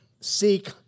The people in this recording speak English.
seek